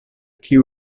kiu